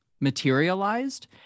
materialized